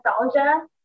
nostalgia